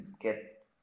get